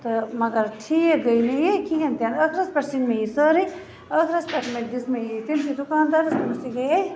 مگر ٹھیٖک گٔے نہٕ یہِ کِہیٖنۍ تہِ نہٕ ٲخرس پٮ۪ٹھ سٕنۍ مےٚ یہِ سٲری ٲخرس پٮ۪ٹھ مےٚ دِژٕ مےٚ یہِ تٔمسٕے دُکاندارس یہِ گٔے دوٚپمَس یہِ گٔے